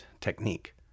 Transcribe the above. technique